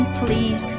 please